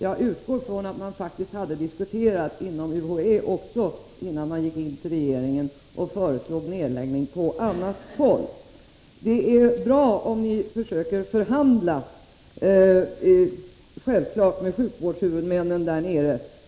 Jag utgår från att man faktiskt hade diskuterat inom UHÄ också, innan man gick in till regeringen och föreslog en nedläggning på annat håll. Det är självfallet bra om ni försöker förhandla med de berörda sjukvårdshuvudmännen.